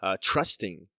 trusting